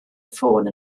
ffôn